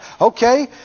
Okay